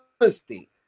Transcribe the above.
honesty